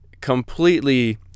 completely